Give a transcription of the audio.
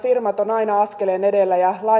firmat ovat aina askeleen edellä ja